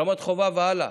רמת חובב והלאה.